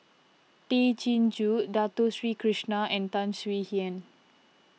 Tay Chin Joo Dato Sri Krishna and Tan Swie Hian